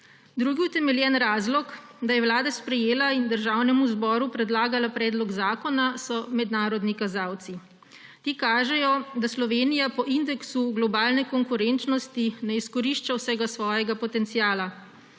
Drugi utemeljen razlog, da je Vlada sprejela in Državnemu zboru predlagala predlog zakona, so mednarodni kazalci. Ti kažejo, da Slovenija po indeksu globalne konkurenčnosti ne izkorišča vsega svojega potenciala.